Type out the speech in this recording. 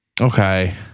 Okay